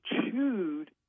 chewed